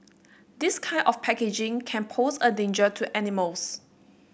this kind of packaging can pose a danger to animals